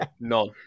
none